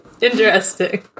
Interesting